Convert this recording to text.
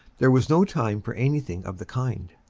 there was no time for anything of the kind.